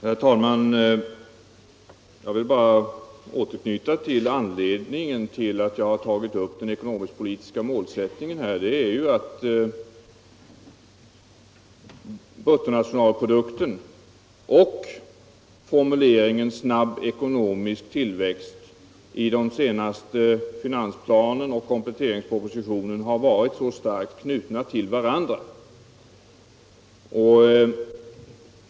Herr talman! Jag vill bara återknyta till varför jag har tagit upp den ekonomisk-politiska målsättningen. Bruttonationalprodukten och formuleringen ”snabb ekonomisk tillväxt” har ju i den senaste finansplanen och kompletteringspropositionen varit mycket starkt knutna till varandra.